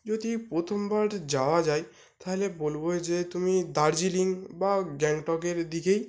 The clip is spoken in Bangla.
যদি প্রথমবার যাওয়া যায় তাহলে বলব যে তুমি দার্জিলিং বা গ্যাংটকের দিকেই